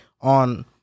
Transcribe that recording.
on